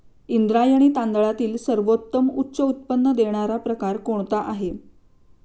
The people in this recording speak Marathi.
इंद्रायणी तांदळातील सर्वोत्तम उच्च उत्पन्न देणारा प्रकार कोणता आहे?